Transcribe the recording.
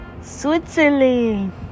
Switzerland